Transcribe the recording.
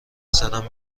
سرم